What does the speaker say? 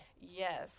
Yes